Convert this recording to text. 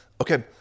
Okay